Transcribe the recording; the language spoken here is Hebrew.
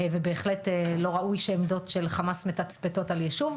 ובהחלט לא ראוי שעמדות של חמאס מתצפתות על יישוב.